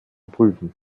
prüfen